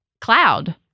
Cloud